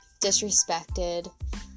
disrespected